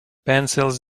pencils